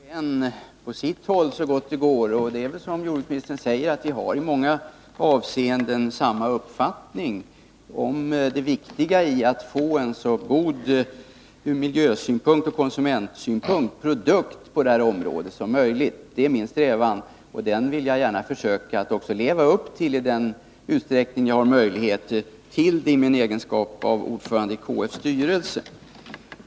Herr talman! Vi försöker väl verka var och en på sitt håll så gott det går. Och vi har, som jordbruksministern säger, i många avseenden samma uppfattning om det viktiga i att på detta område få en så god produkt som möjligt från såväl miljösom konsumentsynpunkt. Det är min strävan, och den vill jag gärna försöka leva upp till i den utsträckning som jag har möjligheter till det i min egenskap av ordförande i KF:s styrelse.